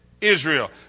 Israel